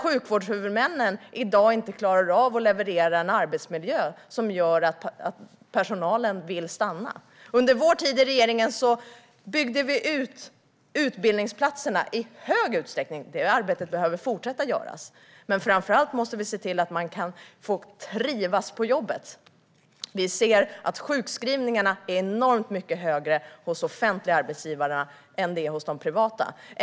Sjukvårdshuvudmännen klarar i dag inte av att leverera en arbetsmiljö som gör att personalen vill stanna. Under vår tid i regeringen byggde vi ut utbildningsplatserna i hög utsträckning, och det arbetet behöver fortsätta. Men framför allt måste vi se till att man kan trivas på jobbet. Vi ser att sjukskrivningarna är enormt mycket högre hos de offentliga arbetsgivarna än hos de privata.